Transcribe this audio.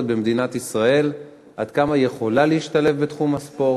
במדינת ישראל: עד כמה היא יכולה להשתלב בתחום הספורט,